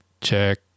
check